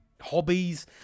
hobbies